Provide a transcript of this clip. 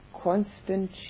constant